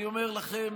אני אומר לכם,